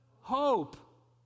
Hope